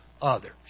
others